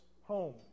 home